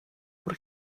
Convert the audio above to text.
por